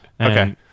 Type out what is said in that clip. Okay